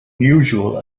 unusual